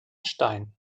stein